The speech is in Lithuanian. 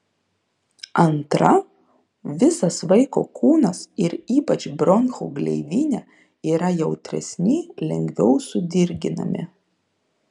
antra visas vaiko kūnas ir ypač bronchų gleivinė yra jautresni lengviau sudirginami